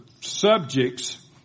subjects